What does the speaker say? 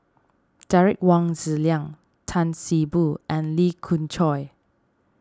Derek Wong Zi Liang Tan See Boo and Lee Khoon Choy